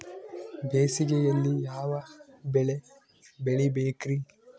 ಬೇಸಿಗೆಯಲ್ಲಿ ಯಾವ ಬೆಳೆ ಬೆಳಿಬೇಕ್ರಿ?